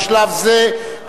בשלב זה,